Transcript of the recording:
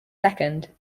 second